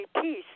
peace